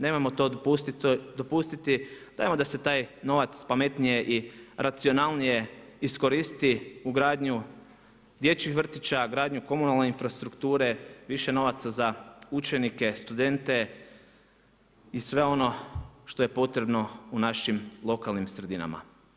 Nemojmo to dopustiti, dajmo da se taj novac pametnije i racionalnije iskoristi u gradnju dječjih vrtića, gradnju komunalne infrastrukture, više novaca za učenike, studente i sve ono što je potrebno u našim lokalnim sredinama.